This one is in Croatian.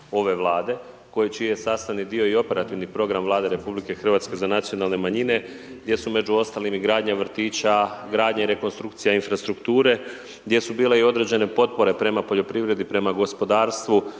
ove Vlade čiji je sastavni dio i operativni program Vlade RH za nacionalne manjine gdje su među ostalim i gradnja vrtića, gradnja i rekonstrukcija infrastrukture, gdje su bile i određene potpore prema poljoprivredi, prema gospodarstvu,